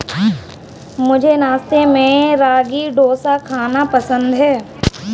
मुझे नाश्ते में रागी डोसा खाना पसंद है